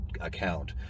account